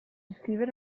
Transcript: scrivere